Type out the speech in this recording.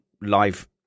live